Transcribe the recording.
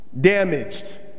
Damaged